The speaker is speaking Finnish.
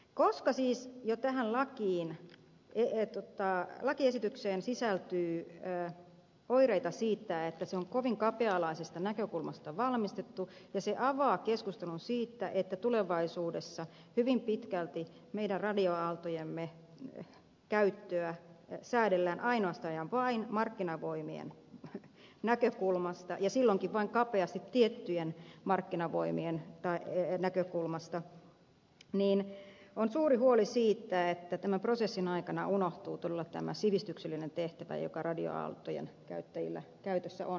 koska siis jo tähän lakiesitykseen sisältyy oireita siitä että se on kovin kapea alaisesta näkökulmasta valmistettu ja se avaa keskustelun siitä että tulevaisuudessa hyvin pitkälti meidän radioaaltojemme käyttöä säädellään ainoastaan ja vain markkinavoimien näkökulmasta ja silloinkin vain kapeasti tiettyjen markkinavoimien näkökulmasta niin on suuri huoli siitä että tämän prosessin aikana unohtuu todella tämä sivistyksellinen tehtävä joka radioaaltojen käyttäjillä on myös mukana